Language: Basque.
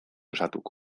osatuko